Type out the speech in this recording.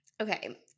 Okay